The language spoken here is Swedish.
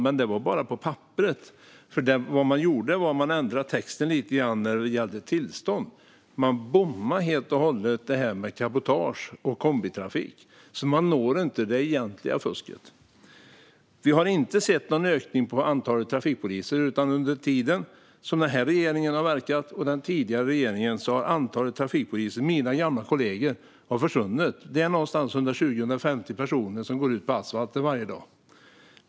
Men det var bara på papperet. Det som de gjorde var att ändra texten lite när det gällde tillstånd. De bommade helt och hållet det här med cabotage och kombitrafik och når inte det egentliga fusket. Vi har inte sett någon ökning av antalet trafikpoliser. Under tiden som den här regeringen och den tidigare regeringen har verkat har antalet trafikpoliser, mina gamla kollegor, minskat. Det är någonstans kring 120-150 personer som går ut på asfalten varje dag.